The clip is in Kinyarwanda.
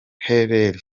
haile